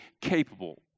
capable